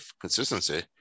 consistency